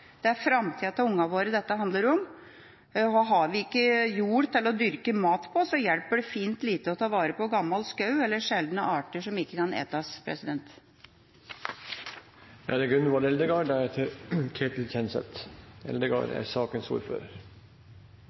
Det er framtida til barna våre dette handler om. Har vi ikke jord til å dyrke mat på, hjelper det fint lite å ta vare på gammel skog eller sjeldne arter som ikke kan spises. Det er,